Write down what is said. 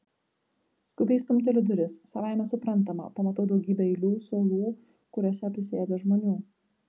skubiai stumteliu duris savaime suprantama pamatau daugybę eilių suolų kuriuose prisėdę žmonių